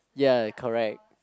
ya correct